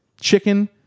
chicken